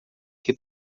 que